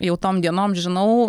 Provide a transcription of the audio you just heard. jau tom dienom žinau